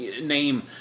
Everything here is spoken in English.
name